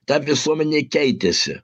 ta visuomenė keitėsi